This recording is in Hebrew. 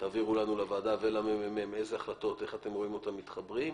תעבירו לנו לוועדה ולממ"מ אילו החלטות ואיך אתם רואים אותם מתחברים.